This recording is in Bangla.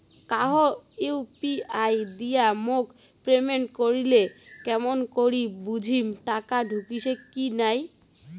কাহো ইউ.পি.আই দিয়া মোক পেমেন্ট করিলে কেমন করি বুঝিম টাকা ঢুকিসে কি নাই?